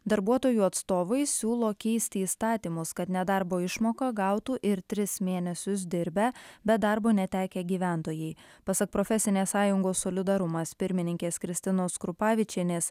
darbuotojų atstovai siūlo keisti įstatymus kad nedarbo išmoką gautų ir tris mėnesius dirbę bet darbo netekę gyventojai pasak profesinės sąjungos solidarumas pirmininkės kristinos krupavičienės